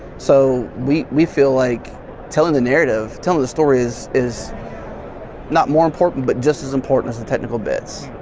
so, we we feel like telling the narrative, telling the stories is not more important but just as important as the technical bits,